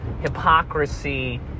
hypocrisy